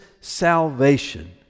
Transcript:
salvation